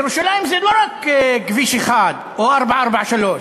ירושלים זה לא רק כביש 1 או 443,